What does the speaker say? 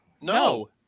no